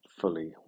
fully